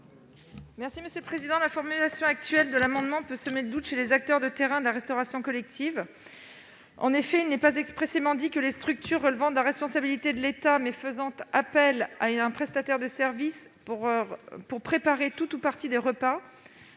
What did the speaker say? n° 279 rectifié. La formulation actuelle de l'article 59 peut semer le doute chez les acteurs de terrain de la restauration collective. En effet, il n'est pas expressément dit que les structures relevant de la responsabilité de l'État, mais faisant appel à un prestataire de services pour préparer tout ou partie des repas,